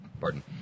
Pardon